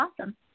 awesome